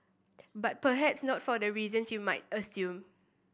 but perhaps not for the reasons you might assume